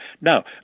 Now